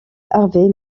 harvey